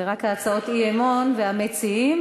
זה רק הצעות האי-אמון והמציעים.